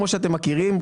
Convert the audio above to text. כמו שאתם מכירים,